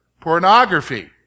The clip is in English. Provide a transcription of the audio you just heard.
Pornography